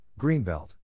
Greenbelt